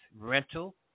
rental